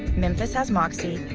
memphis has moxie,